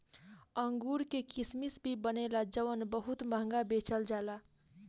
अंगूर से किसमिश भी बनेला जवन बहुत महंगा बेचल जाला